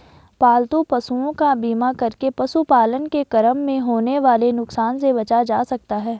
पालतू पशुओं का बीमा करके पशुपालन के क्रम में होने वाले नुकसान से बचा जा सकता है